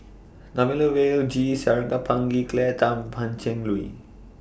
Thamizhavel G Sarangapani Claire Tham Pan Cheng Lui